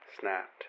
snapped